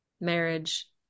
marriage